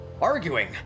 arguing